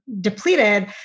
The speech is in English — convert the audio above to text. depleted